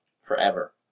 Forever